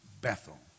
Bethel